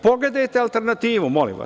Pogledajte alternativu, molim vas.